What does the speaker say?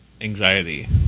anxiety